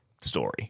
Story